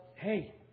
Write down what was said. hey